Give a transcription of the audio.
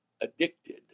addicted